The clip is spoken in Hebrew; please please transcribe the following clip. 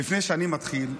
לפני שאני מתחיל,